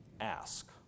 Ask